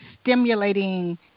stimulating